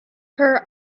her